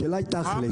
השאלה היא תכל'ס.